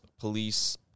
police